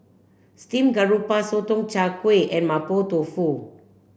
Steamed Garoupa Sotong Char Kway and Mapo Tofu